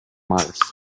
mars